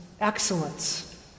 excellence